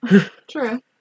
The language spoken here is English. True